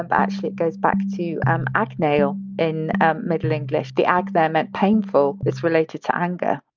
and actually it goes back to an agnail in middle english the ag there meant painful. it's related to anger.